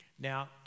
Now